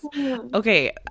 Okay